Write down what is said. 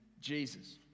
Jesus